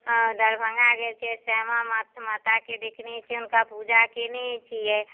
अऽ दरभंगा गेल छियै श्यामा माँ माताके देखने छियै हुनका पूजा केने छियै